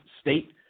state